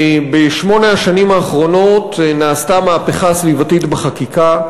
בשמונה השנים האחרונות נעשתה מהפכה סביבתית בחקיקה.